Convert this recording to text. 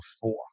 four